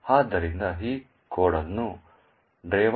ಆದ್ದರಿಂದ ಈ ಕೋಡ್ ಅನ್ನು ಡ್ರೈವರ್